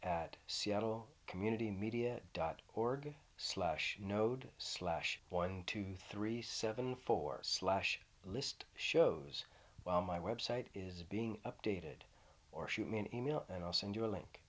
at seattle community media dot org slash node slash one two three seven four slash list shows while my website is being updated or shoot me an email and i'll send you a link